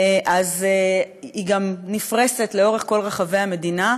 והיא גם נפרסת לאורך כל המדינה,